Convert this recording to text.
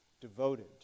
devoted